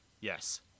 yes